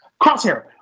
Crosshair